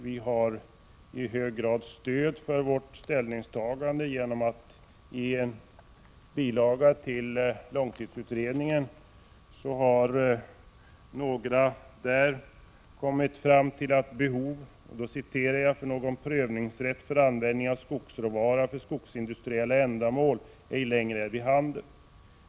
Vi har i hög grad stöd för vårt ställningstagande genom att det i bilaga 6 till långtidsutredningen sägs att ”behov av någon prövningsrätt för användning av skogsråvara för skogsindustriella ändamål ej längre är vid handen.